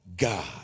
God